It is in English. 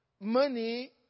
money